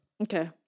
Okay